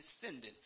descendant